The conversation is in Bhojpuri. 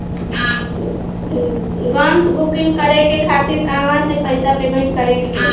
गॅस बूकिंग करे के खातिर कहवा से पैसा पेमेंट करे के होई?